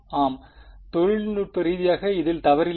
ஆம் தொழில்நுட்ப ரீதியாக இதில் தவறில்லை